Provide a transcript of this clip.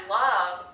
love